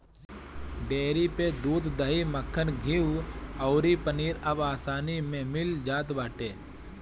dairy पे दूध, दही, मक्खन, घीव अउरी पनीर अब आसानी में मिल जात बाटे